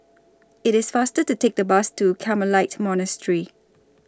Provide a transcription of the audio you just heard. IT IS faster to Take The Bus to Carmelite Monastery